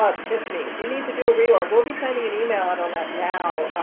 ah tiffany, if you need to do a reorg, we'll be sending an email out on that now,